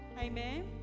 Amen